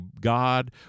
God